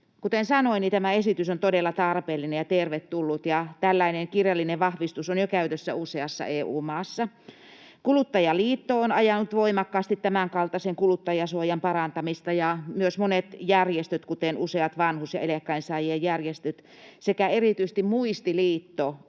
Kuten sanoin, tämä esitys on todella tarpeellinen ja tervetullut. Tällainen kirjallinen vahvistus on jo käytössä useassa EU-maassa. Kuluttajaliitto on ajanut voimakkaasti tämänkaltaisen kuluttajansuojan parantamista, ja myös monet järjestöt, kuten useat vanhus- ja eläkkeensaajien järjestöt sekä erityisesti Muistiliitto,